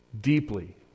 deeply